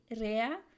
rare